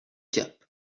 gap